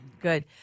Good